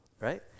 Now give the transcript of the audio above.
right